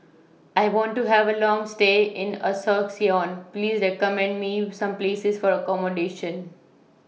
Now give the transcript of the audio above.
I want to Have A Long stay in Asuncion Please recommend Me Some Places For accommodation